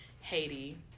Haiti